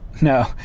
No